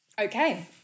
Okay